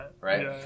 Right